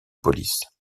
police